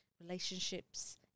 relationships